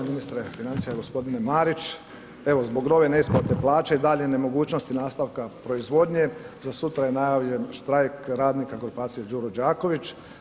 Ministre financija g. Marić, evo zbog nove neisplate plaća i dalje nemogućnosti nastavka proizvodnje, za sutra je najavljen štrajk radnika grupacije Đuro Đaković.